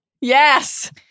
Yes